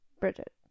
Bridget